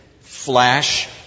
Flash